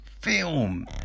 film